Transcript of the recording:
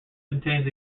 contains